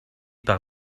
par